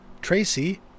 Tracy